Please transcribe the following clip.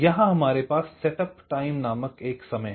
यहां हमारे पास सेटअप टाइम नामक एक समय है